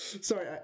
Sorry